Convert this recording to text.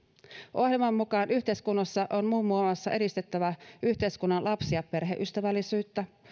ohjelman mukaan yhteiskunnassa on muun muassa edistettävä yhteiskunnan lapsi ja perheystävällisyyttä